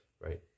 right